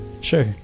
sure